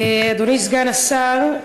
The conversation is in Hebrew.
אדוני סגן השר,